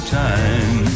time